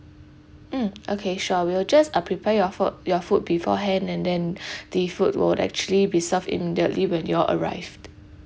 mm okay sure we'll just uh prepare your faul~ your food beforehand and then the food will actually be served immediately when you all arrived